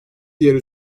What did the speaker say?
diğeri